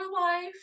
life